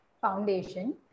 foundation